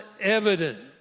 evident